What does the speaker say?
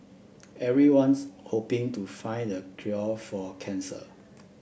everyone's hoping to find the cure for cancer